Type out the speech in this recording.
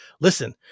listen